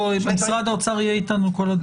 משרד האוצר יהיה איתנו בכל הדיונים.